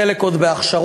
חלק עוד בהכשרות,